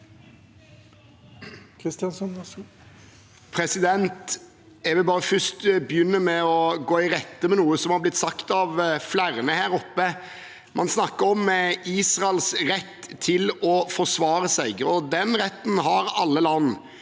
Jeg vil begynne med å gå i rette med noe som har blitt sagt av flere her oppe. Man snakker om Israels rett til å forsvare seg. Den retten har alle land,